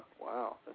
Wow